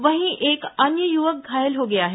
वहीं एक अन्य युवक घायल हो गया है